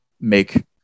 make